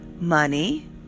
money